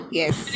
yes